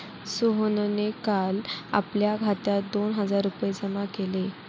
सोहनने काल आपल्या खात्यात दोन हजार रुपये जमा केले